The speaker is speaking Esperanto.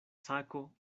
sako